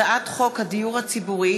הצעת חוק הדיור הציבורי